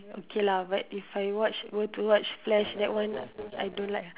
okay lah but if I watch were to watch flash that one I don't like ah